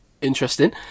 interesting